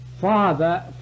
Father